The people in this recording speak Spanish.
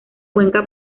cuenca